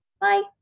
Bye